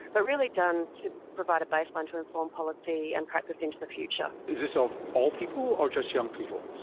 but really done to provide a baseline to inform policy and practice into the future. is this of all people or just young people?